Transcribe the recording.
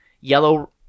yellow